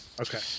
Okay